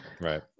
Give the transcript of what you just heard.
Right